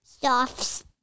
soft